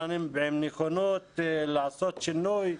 אבל אני עם נכונות לעשות שינוי.